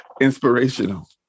inspirational